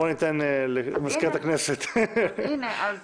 אז ניתן למזכירת הכנסת להציג.